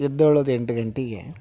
ಎದ್ದೇಳೋದು ಎಂಟು ಗಂಟೆಗೆ